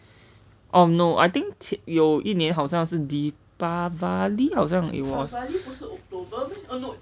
um no I think q~ 有一年好像是 deepavali 好像 it was